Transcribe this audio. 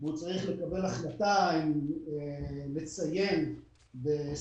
הוא צריך לקבל החלטה האם לציין בסיום